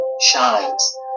shines